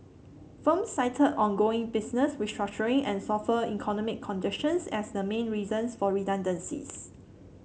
firms cited ongoing business restructuring and softer economic conditions as the main reasons for redundancies